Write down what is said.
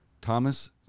Thomas